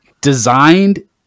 designed